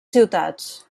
ciutats